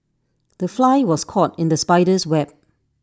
the fly was caught in the spider's web